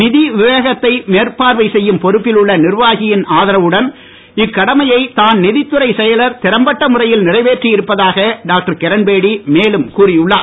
நிதி விவேகத்தை மேற்பார்வை செய்யும் பொறுப்பில் உள்ள நிர்வாகியின் ஆதரவுடன் இக்கடமையைத் தான் நிதித் துறைச் செயலர் திறம்பட்ட முறையில் நிறைவேற்றி இருப்பதாக டாக்டர் கிரண்பேடி மேலும் கூறி உள்ளார்